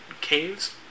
caves